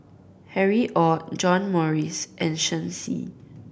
Harry Ord John Morrice and Shen Xi